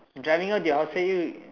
driving her to the hotel